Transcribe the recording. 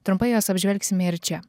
trumpai juos apžvelgsime ir čia